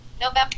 November